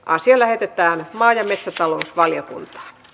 asia lähetettiin maa ja metsätalousvaliokuntaan